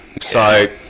So-